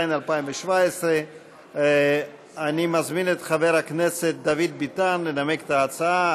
התשע"ו 2017. אני מזמין את חבר הכנסת דוד ביטן לנמק את ההצעה.